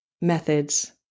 methods